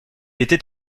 était